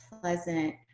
pleasant